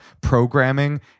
programming